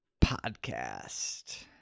Podcast